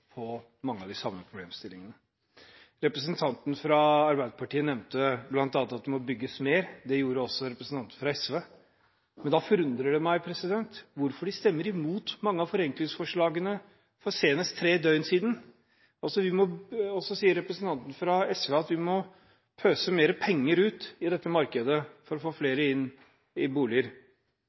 på mange av de samme problemstillingene. Representanten fra Arbeiderpartiet nevnte bl.a. at det må bygges mer. Det gjorde også representanten fra SV. Men da forundrer det meg at de stemmer imot mange av forenklingsforslagene – senest for tre døgn siden. Så sier representanten fra SV at vi må pøse ut mer penger i dette markedet for å få flere inn i boliger.